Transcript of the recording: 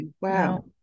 Wow